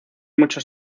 muchos